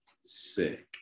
sick